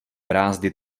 brázdy